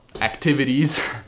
activities